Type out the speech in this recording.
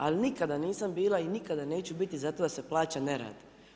Ali nikada nisam bila i nikada neću biti za to da se plaća nerad.